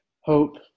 hope